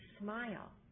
smile